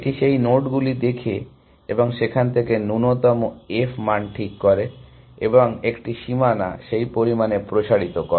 এটি সেই নোডগুলি দেখে এবং সেখান থেকে ন্যূনতম f মান ঠিক করে এবং একটি সীমানা সেই পরিমাণে প্রসারিত করে